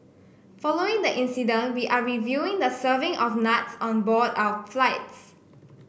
following the incident we are reviewing the serving of nuts on board our flights